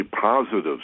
positive